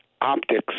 optics